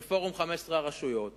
של פורום 15 הרשויות